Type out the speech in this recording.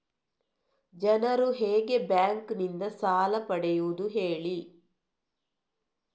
ಜನರು ಹೇಗೆ ಬ್ಯಾಂಕ್ ನಿಂದ ಸಾಲ ಪಡೆಯೋದು ಹೇಳಿ